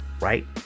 right